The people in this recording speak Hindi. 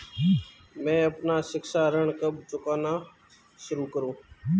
मैं अपना शिक्षा ऋण कब चुकाना शुरू करूँ?